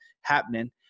happening